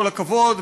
כל הכבוד,